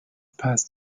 passed